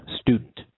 Student